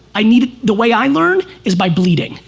i needed, the way i learn is by bleeding.